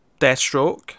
Deathstroke